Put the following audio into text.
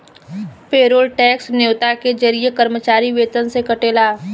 payroll tax न्योता के जरिए कर्मचारी वेतन से कटेला